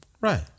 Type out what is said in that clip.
Right